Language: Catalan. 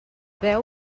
veu